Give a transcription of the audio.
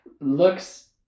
looks